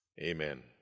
Amen